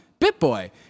BitBoy